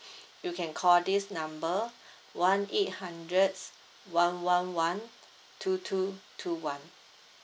you can call this number one eight hundred one one one two two two one